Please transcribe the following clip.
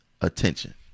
attention